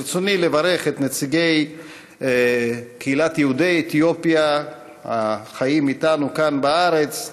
ברצוני לברך את נציגי קהילת יהודי אתיופיה החיים אתנו כאן בארץ,